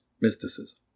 mysticism